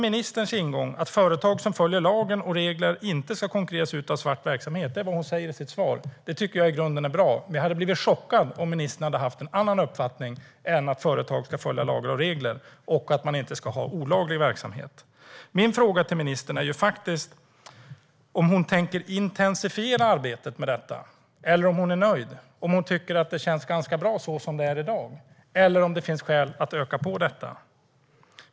Ministerns ingång att företag som följer lagar och regler inte ska konkurreras ut av svart verksamhet - det är vad hon säger i sitt svar - tycker jag i grunden är bra, men jag hade blivit chockad om ministern hade haft en annan uppfattning än att företag ska följa lagar och regler och att man inte ska ha olaglig verksamhet. Min fråga till ministern är ju faktiskt om hon tänker intensifiera arbetet med detta. Är hon nöjd och tycker att det är ganska bra som det är i dag, eller finns det skäl att öka på detta?